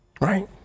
Right